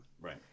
Right